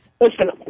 Listen